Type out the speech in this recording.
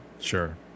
Sure